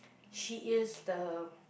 she is the